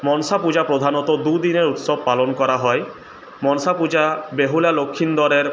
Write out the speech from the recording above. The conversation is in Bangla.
মনসাপূজা প্রধানত দুদিনের উৎসব পালন করা হয় মনসাপূজা বেহুলা লক্ষীন্দরের